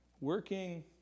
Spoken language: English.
working